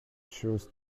chose